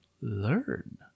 learn